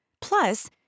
Plus